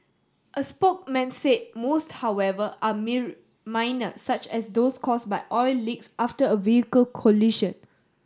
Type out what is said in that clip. a spokesman said most however are minor such as those caused by oil leaks after a vehicle collision